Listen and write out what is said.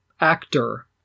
actor